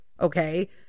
okay